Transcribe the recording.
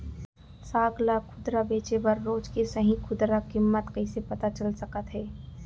साग ला खुदरा बेचे बर रोज के सही खुदरा किम्मत कइसे पता चल सकत हे?